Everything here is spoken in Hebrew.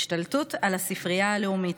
השתלטות על הספרייה הלאומית,